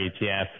ETF